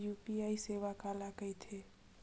UPI सेवा काला कइथे?